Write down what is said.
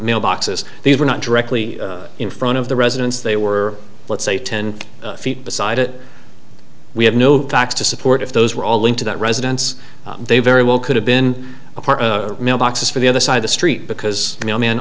mailboxes these were not directly in front of the residence they were let's say ten feet beside it we have no facts to support if those were all linked to that residence they very well could have been a part of mailboxes for the other side of the street because you know men